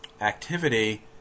activity